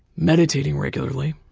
meditating regularly.